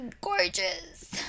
gorgeous